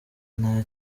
nta